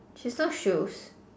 she is not shoes